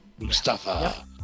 Mustafa